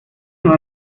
wir